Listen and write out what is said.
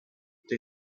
they